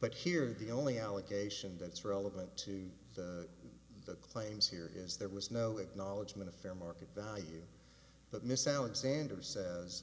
but here the only allegation that's relevant to the claims here is there was no acknowledgement of fair market value but miss alexander says